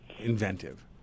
inventive